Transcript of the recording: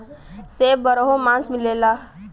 सेब बारहो मास मिलला